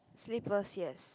slippers yes